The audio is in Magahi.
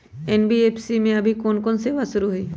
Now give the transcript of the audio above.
एन.बी.एफ.सी में अभी कोन कोन सेवा शुरु हई?